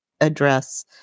address